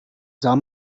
sah